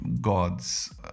gods